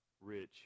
rich